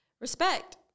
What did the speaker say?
respect